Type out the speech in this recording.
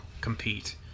compete